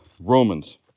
Romans